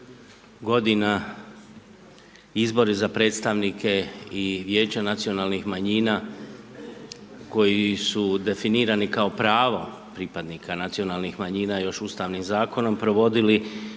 godina izbori za predstavnike i Vijeća nacionalnih manjina koji su definirani kao pravo pripadnika nacionalnih manjina još Ustavnim zakonom provodili